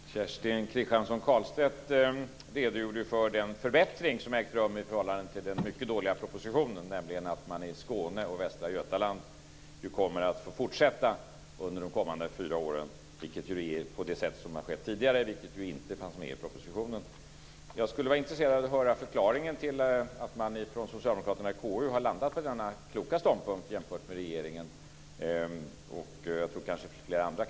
Fru talman! Kerstin Kristiansson Karlstedt redogjorde för den förbättring som ägt rum i förhållande till den mycket dåliga propositionen, nämligen att man i Skåne och i Västra Götaland kommer att få fortsätta försöksverksamheten under de kommande fyra åren på samma sätt som tidigare. Detta fanns inte med i propositionen. Jag skulle vara intresserad av att höra förklaringen till att socialdemokraterna i KU nu har landat på denna i förhållande till regeringens hållning kloka ståndpunkt.